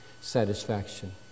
satisfaction